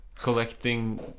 collecting